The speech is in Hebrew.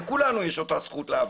לכולנו יש את אותה זכות להפגין,